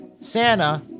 Santa